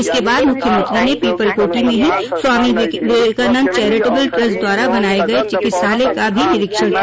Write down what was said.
इसके बाद मुख्यमंत्री ने पीपलकोटी में ही स्वामी विवेकानंद चैरिटेवल ट्रस्ट द्वारा बनाये गये चिकित्सालय का भी निरीक्षण किया